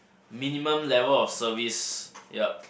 minimum level of service yup